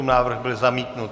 Návrh byl zamítnut.